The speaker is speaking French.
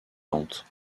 tentes